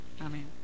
Amen